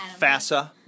FASA